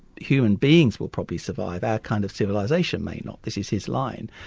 human beings will probably survive, our kind of civilisation may not, this is his line.